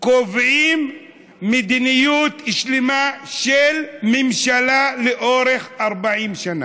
קובעים מדיניות שלמה של ממשלה לאורך 40 שנה.